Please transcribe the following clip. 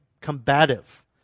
combative